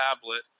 tablet